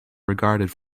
regarded